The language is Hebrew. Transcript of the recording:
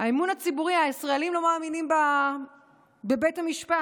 האמון הציבורי, הישראלים לא מאמינים בבית המשפט.